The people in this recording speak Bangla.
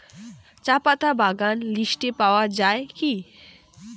চাপাতা বাগান লিস্টে পাওয়া যায় কি?